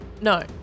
No